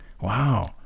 Wow